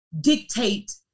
dictate